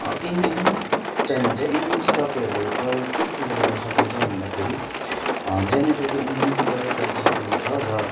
engine चाहिन्छ engine चाहिँ तपाईँहरूले प्रयोग के के को गर्न सकिन्छ भन्दाखेरि जेनेरेटरको इन्जिन प्रयोग गर्न सक्नुहुन्छ र